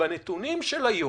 בנתונים שיש היום,